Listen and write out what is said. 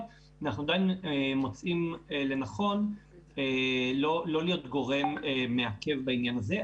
אנחנו עדיין מוצאים לנכון לא להיות גורם מעכב בעניין הזה.